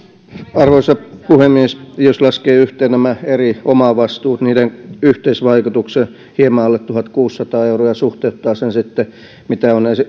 arvoisa puhemies jos laskee yhteen näiden eri omavastuiden yhteisvaikutuksen hieman alle tuhatkuusisataa euroa ja suhteuttaa sen sitten siihen mitä ovat